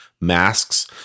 masks